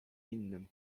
innym